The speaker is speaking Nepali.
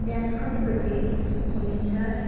बिहान कति बजी खोलिन्छ